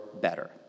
better